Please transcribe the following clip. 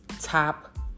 Top